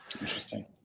Interesting